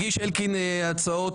אלקין הגיש הצעות.